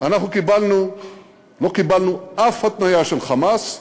לא קיבלנו אף התניה של "חמאס",